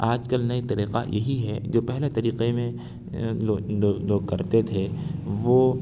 آج کل نیا طریقہ یہی ہے جو پہلے طریقے میں لوگ کرتے تھے وہ